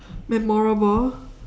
memorable